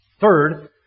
Third